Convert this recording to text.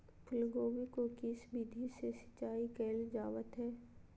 फूलगोभी को किस विधि से सिंचाई कईल जावत हैं?